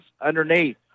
underneath